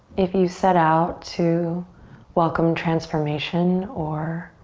if you set out to welcome transformation or